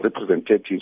representatives